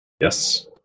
Yes